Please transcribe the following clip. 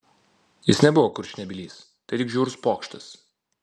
jis nebuvo kurčnebylis tai tik žiaurus pokštas